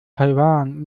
taiwan